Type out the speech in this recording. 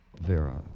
Vera